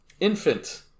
infant